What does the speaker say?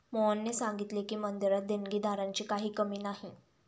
मोहनने सांगितले की, मंदिरात देणगीदारांची काही कमी नाही